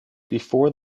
before